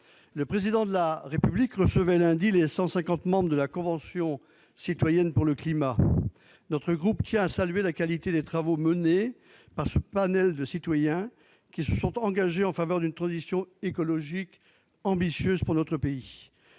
Le Président de la République recevait lundi les 150 membres de la Convention citoyenne pour le climat. Notre groupe tient à saluer la qualité des travaux menés par ce panel de citoyens, qui se sont engagés en faveur d'une transition écologique ambitieuse pour notre pays.